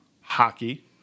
Hockey